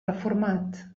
reformat